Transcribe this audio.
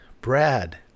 Brad